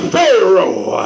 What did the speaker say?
Pharaoh